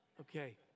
Okay